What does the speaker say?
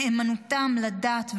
נאמנותם לדת,